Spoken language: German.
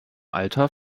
alter